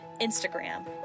Instagram